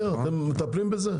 אנחנו מטפלים בזה.